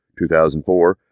2004